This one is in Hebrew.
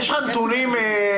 יש לך נתונים לתת לי?